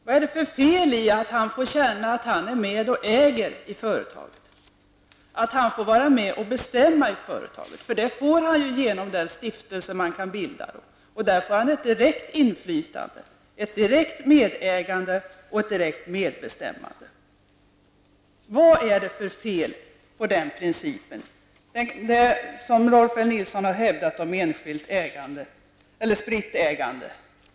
Vad är det för fel i att han får känna att han är med och äger det företaget och att han får vara med och bestämma i företaget? Det får han genom bildandet av en stiftelse. Han får ett direkt inflytande, ett direkt medägande och ett direkt medbestämmande. Vad är det för fel, som Rolf L Nilson har hävdat, på den principen om enskilt ägande eller spritt ägande?